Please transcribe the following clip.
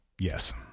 yes